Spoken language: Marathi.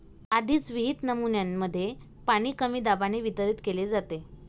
आधीच विहित नमुन्यांमध्ये पाणी कमी दाबाने वितरित केले जाते